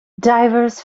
divers